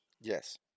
Yes